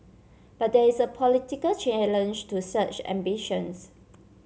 but there is a political challenge to such ambitions